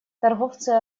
торговцы